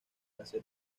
clase